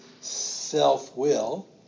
self-will